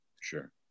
Sure